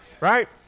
right